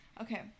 Okay